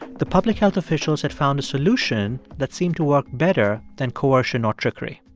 the public health officials had found a solution that seemed to work better than coercion or trickery.